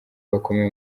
bakomeye